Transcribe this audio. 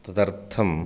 तदर्थं